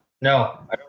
No